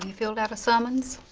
um filled out a summons?